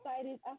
excited